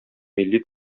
милли